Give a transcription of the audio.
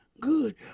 good